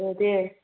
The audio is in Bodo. औ दे